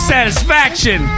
Satisfaction